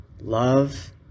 love